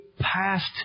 past